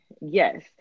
Yes